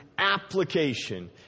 application